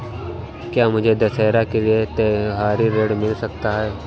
क्या मुझे दशहरा के लिए त्योहारी ऋण मिल सकता है?